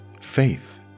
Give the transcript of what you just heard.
Faith